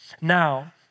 Now